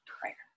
prayer